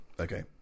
Okay